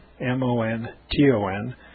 M-O-N-T-O-N